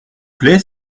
plaît